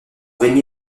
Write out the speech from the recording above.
renié